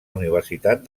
universitat